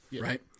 right